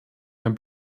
mehr